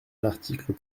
l’article